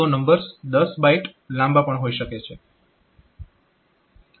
તો numbers 10 byte લાંબા પણ હોઈ શકે છે